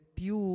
più